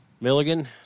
Milligan